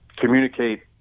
communicate